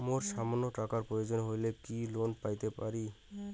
মোর সামান্য টাকার প্রয়োজন হইলে কি লোন পাইতে পারি?